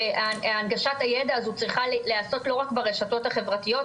שהנגשת היידע הזו צריכה להיעשות לא רק ברשתות החברתיות.